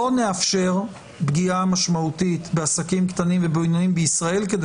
לא נאפשר פגיעה משמעותית בעסקים קטנים ובינוניים בישראל כדי